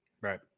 Right